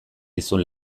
dizun